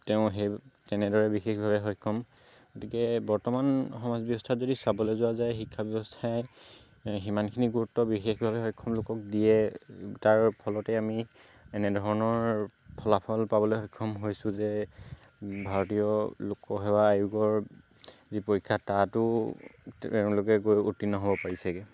তেওঁ সেই তেনেদৰে বিশেষভাৱে সক্ষম গতিকে বৰ্তমান সমাজ ব্যৱস্থাত যদি চাবলৈ যোৱা যায় শিক্ষা ব্যৱস্থাই সিমানখিনি গুৰুত্ব বিশেষভাৱে সক্ষম লোকক দিয়ে তাৰ ফলতে আমি এনেধৰণৰ ফলাফল পাবলৈ সক্ষম হৈছোঁ যে ভাৰতীয় লোকসেৱা আয়োগৰ যি পৰীক্ষা তাতো তেওঁলোকে উত্তীৰ্ণ হ'ব পাৰিছেগৈ